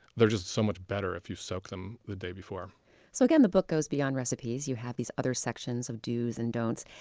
they're just so much better if you soak them the day before so the book goes beyond recipes. you have these other sections of dos and don'ts,